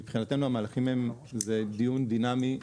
מבחינתנו המהלכים הם שזה דיון דינמי.